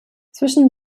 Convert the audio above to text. zwischen